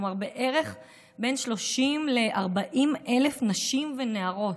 כלומר בערך בין 30,000 ל-40,000 נשים ונערות.